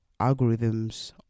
algorithms